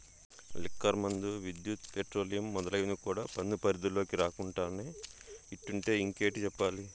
liquor మందు, విద్యుత్, petroleum మొదలైనవి కూడా పన్ను పరిధిలోకి రాకుండానే ఇట్టుంటే ఇంకేటి చెప్పాలి